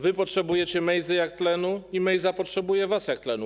Wy potrzebujecie Mejzy jak tlenu i Mejza potrzebuje was jak tlenu.